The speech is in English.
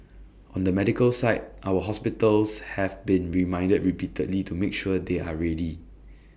on the medical side our hospitals have been reminded repeatedly to make sure they are ready